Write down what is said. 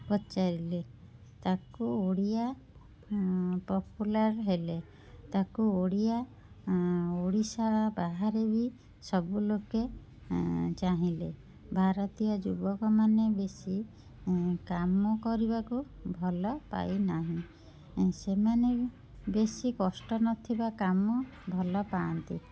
ପଚାରିଲେ ତାକୁ ଓଡ଼ିଆ ପପୁଲାର୍ ହେଲେ ତାକୁ ଓଡ଼ିଆ ଓଡ଼ିଶା ବାହାରେ ବି ସବୁ ଲୋକେ ଚାହିଁଲେ ଭାରତୀୟ ଯୁବକମାନେ ବେଶୀ କାମ କରିବାକୁ ଭଲ ପାଇନାହିଁ ସେମାନେ ବେଶୀ କଷ୍ଟ ନ ଥିବା କାମ ଭଲ ପାଆନ୍ତି